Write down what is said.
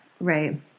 Right